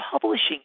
publishing